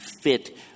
fit